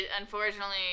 unfortunately